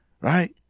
Right